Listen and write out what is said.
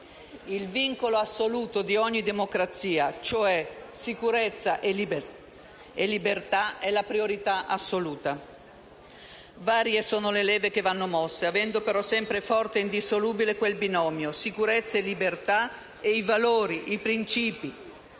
il vincolo assoluto di ogni democrazia, cioè sicurezza e libertà, è la priorità assoluta. Varie sono le leve che vanno mosse, avendo però sempre forte ed indissolubile quel binomio (sicurezza-libertà) e i valori, i principi